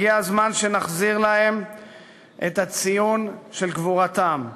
הגיע הזמן שנחזיר להם את הציון של גבורתם,